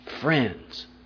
friends